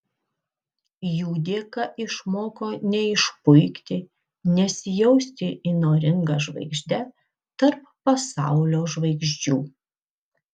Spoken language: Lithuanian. jų dėka išmoko neišpuikti nesijausti įnoringa žvaigžde tarp pasaulio žvaigždžių